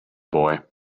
boy